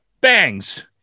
bangs